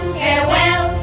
farewell